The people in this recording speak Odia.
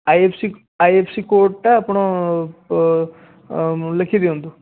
I F C I F C କୋଡ଼୍ଟା ଆପଣ ଲେଖିଦିଅନ୍ତୁ